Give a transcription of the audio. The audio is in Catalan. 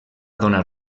donar